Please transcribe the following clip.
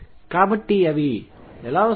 కాబట్టి అవి ఎలా వస్తాయి